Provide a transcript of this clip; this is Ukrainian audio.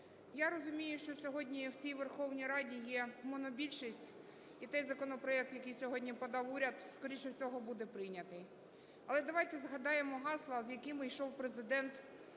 Я розумію, що сьогодні в цій Верховній Раді є монобільшість, і той законопроект, який сьогодні подав уряд, скоріше всього буде прийнятий. Але давайте згадаємо гасла, з якими йшов Президент